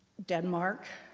denmark.